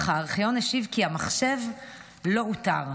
אך הארכיון השיב כי המחשב לא אותר.